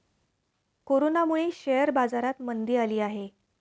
कोरोनामुळे शेअर बाजारात मंदी आली आहे